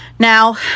Now